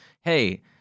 hey